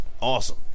awesome